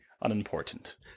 unimportant